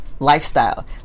Lifestyle